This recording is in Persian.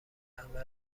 همه